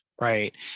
Right